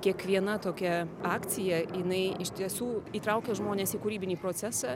kiekviena tokia akcija jinai iš tiesų įtraukia žmones į kūrybinį procesą ir